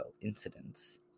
incidents